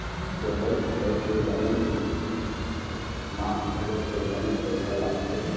जोंतई फंदई के बनी भूथी म घलोक तो बनेच पइसा लगथे